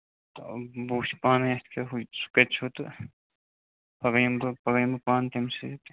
آ بہٕ وُچھٕ پانَے اَتھ کیٛاہ ہوٚتہِ چھُ کَتہِ چھُ تہٕ پَگاہ یِمہٕ بہٕ پَگاہ یِمہٕ بہٕ پانہٕ تٔمِس سٍتۍ